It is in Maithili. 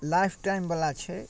लास्ट टाइमवला छै